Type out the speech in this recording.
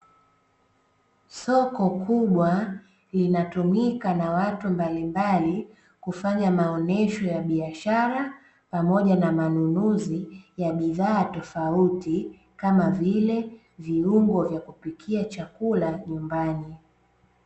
Soko kubwa linatumika na watu mbalimbali kufanya maonyesho ya biashara pamoja na manunuzi ya bidhaa tofauti, kama vile viungo vya kupikia chakula nyumbani.